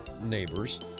neighbors